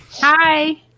Hi